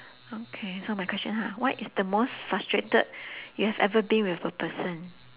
okay so my question ha what is the most frustrated you have ever been with a person